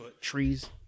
Trees